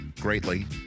greatly